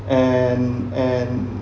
and and